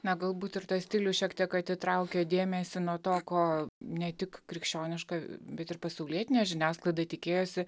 na galbūt ir tas stilius šiek tiek atitraukė dėmesį nuo to ko ne tik krikščioniška bet ir pasaulietinė žiniasklaida tikėjosi